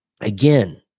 again